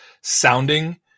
sounding